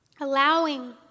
allowing